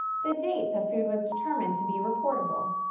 the date the food was determined to be reportable,